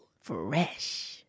Fresh